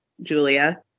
Julia